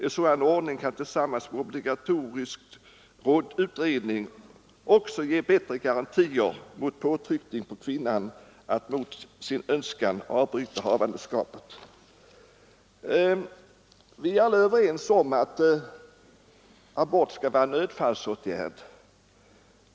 En sådan ordning kan tillsammans med obligatorisk utredning också ge bättre garantier mot påtryckning på kvinnan att mot sin önskan avbryta havandeskapet.” Vi är alla överens om att en abort skall vara en nödfallsåtgärd.